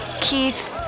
Keith